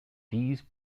these